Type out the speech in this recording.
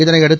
இதனையடுத்து